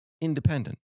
independent